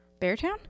Beartown